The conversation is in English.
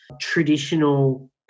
traditional